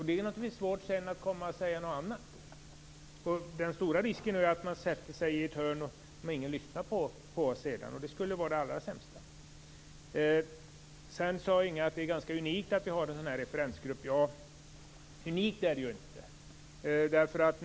Det är naturligtvis svårt att komma och säga något annat sedan. Det finns en stor risk för att vi målar in oss i ett hörn och att ingen lyssnar på oss sedan. Det skulle vara det allra sämsta. Inge Carlsson sade att det är ganska unikt att ha en referensgrupp. Unikt är det ju inte.